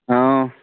ହଁ